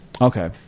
Okay